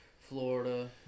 Florida